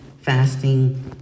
fasting